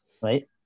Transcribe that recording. right